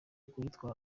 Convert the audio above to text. kuyitwara